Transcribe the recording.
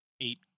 eight